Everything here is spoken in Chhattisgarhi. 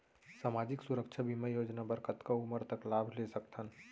सामाजिक सुरक्षा बीमा योजना बर कतका उमर तक लाभ ले सकथन?